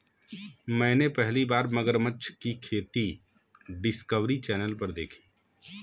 मैंने पहली बार मगरमच्छ की खेती डिस्कवरी चैनल पर देखी